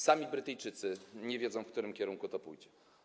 Sami Brytyjczycy nie wiedzą, w którym kierunku to pójdzie.